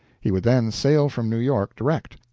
he would then sail from new york direct,